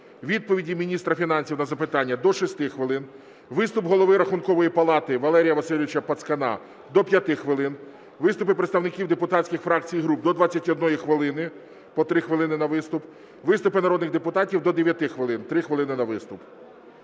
Відповіді міністра фінансів на запитання – до 6 хвилин. Виступ голови Рахункової палати Валерія Васильовича Пацкана – до 5 хвилин. Виступи представників депутатських фракцій і груп – до 21 хвилини, по 3 хвилини на виступ, виступи народних депутатів – до 9 хвилин, 3 хвилини на виступ.